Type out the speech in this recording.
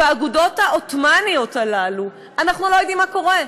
והאגודות העות'מאניות האלה: אנחנו לא יודעים מה קורה,